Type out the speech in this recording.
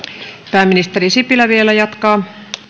pääministeri sipilä vielä jatkaa arvoisa